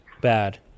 bad